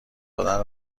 دادن